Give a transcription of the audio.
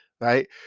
Right